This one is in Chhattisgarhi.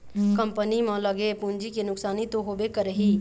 कंपनी म लगे पूंजी के नुकसानी तो होबे करही